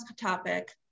topic